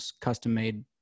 custom-made